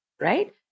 Right